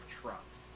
trucks